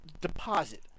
deposit